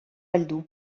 heldu